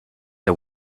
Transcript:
the